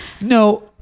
No